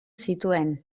zituen